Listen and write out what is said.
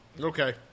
Okay